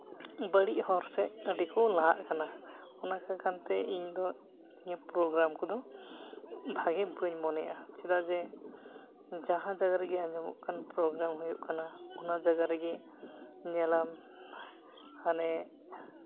ᱵᱟᱹᱲᱤᱡ ᱦᱚᱨ ᱥᱮᱫ ᱟᱹᱰᱤ ᱠᱚ ᱞᱟᱦᱟᱜ ᱠᱟᱱᱟ ᱚᱱᱟ ᱠᱚ ᱠᱟᱨᱚᱱᱛᱮ ᱤᱧᱫᱚ ᱱᱤᱭᱟᱹ ᱯᱨᱳᱜᱨᱟᱢ ᱠᱚᱫᱚ ᱵᱷᱟᱹᱜᱤ ᱵᱟᱹᱧ ᱢᱚᱱᱮᱭᱟᱜᱼᱟ ᱪᱮᱫᱟᱜ ᱡᱮ ᱡᱟᱦᱟᱸ ᱡᱟᱭᱜᱟ ᱨᱮᱜᱮ ᱟᱸᱡᱚᱢᱚᱜ ᱠᱟᱱ ᱯᱨᱳᱜᱨᱟᱢ ᱦᱩᱭᱩᱜ ᱠᱟᱱᱟ ᱚᱱᱟ ᱡᱟᱭᱜᱟ ᱨᱮᱜᱮ ᱧᱮᱞᱟᱢ ᱦᱟᱱᱮ